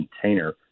container